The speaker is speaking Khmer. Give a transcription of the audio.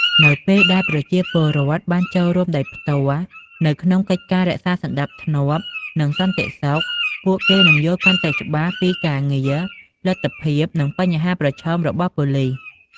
នៅពេលដែលប្រជាពលរដ្ឋបានចូលរួមដោយផ្ទាល់នៅក្នុងកិច្ចការរក្សាសណ្តាប់ធ្នាប់ និងសន្តិសុខ ពួកគេនឹងយល់កាន់តែច្បាស់ពីការងារ លទ្ធភាព និងបញ្ហាប្រឈមរបស់ប៉ូលិស។